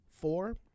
four